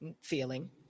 Feeling